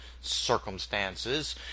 circumstances